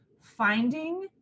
finding